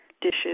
dishes